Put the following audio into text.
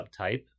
subtype